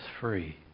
free